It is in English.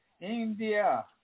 India